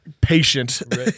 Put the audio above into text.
patient